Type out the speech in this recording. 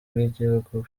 b’igihugu